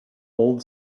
old